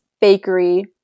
bakery